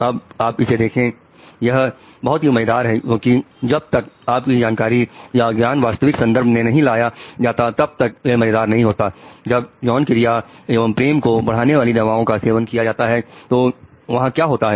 अब आप इसे देखें यह बहुत ही मजेदार है क्योंकि जब तक आप की जानकारी या ज्ञान वास्तविक संदर्भों में नहीं लाया जाता तब तक यह मजेदार नहीं होता जब यौन क्रिया एवं प्रेम को बढ़ाने वाली दवाइयों का सेवन किया जाता है तो वहां क्या होता है